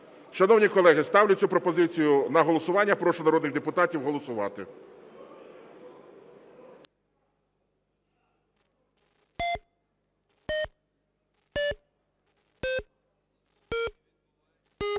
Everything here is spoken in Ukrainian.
Шановні колеги, ставлю цю пропозицію на голосування, прошу народних депутатів голосувати.